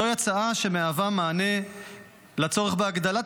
זוהי הצעה שמהווה מענה לצורך בהגדלת